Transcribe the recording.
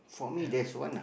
never